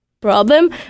problem